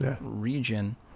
region